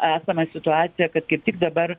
esamą situaciją kad kaip tik dabar